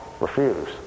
Refuse